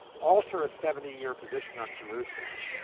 alter a seventy year position on jerusalem,